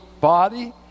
body